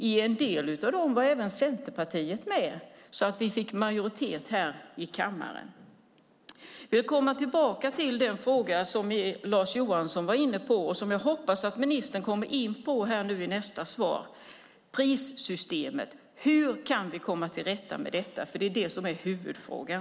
I en del av dem var även Centerpartiet med så att vi fick majoritet här i kammaren. Jag vill komma tillbaka till den fråga som Lars Johansson var inne på och som jag hoppas att ministern kommer in på i nästa svar: prissystemet. Hur kan vi komma till rätta med detta? Det är det som är huvudfrågan.